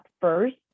first